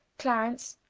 clarence,